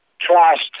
trust